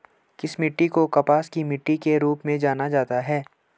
किस मिट्टी को कपास की मिट्टी के रूप में जाना जाता है?